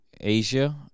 Asia